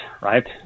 right